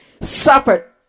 suffered